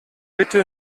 bitte